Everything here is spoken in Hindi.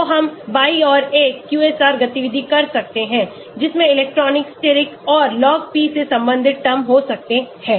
तो हम बाईं ओर एक QSAR गतिविधि कर सकते हैं जिसमें इलेक्ट्रॉनिक steric और log p से संबंधित टर्म हो सकते हैं